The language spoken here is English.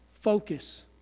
focus